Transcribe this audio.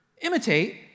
imitate